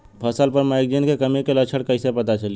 फसल पर मैगनीज के कमी के लक्षण कईसे पता चली?